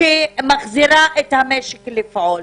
שמחזירה את המשק לפעול,